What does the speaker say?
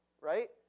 Right